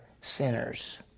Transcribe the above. sinners